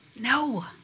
no